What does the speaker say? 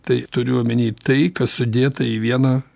tai turiu omeny tai kas sudėta į vieną